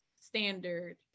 standard